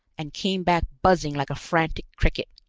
and came back buzzing like a frantic cricket.